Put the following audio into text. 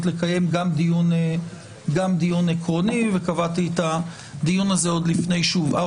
לקיים גם דיון עקרוני וקבעתי את הדיון הזה עוד לפני שהובהר